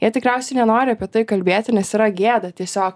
jie tikriausiai nenori apie tai kalbėti nes yra gėda tiesiog